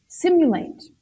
simulate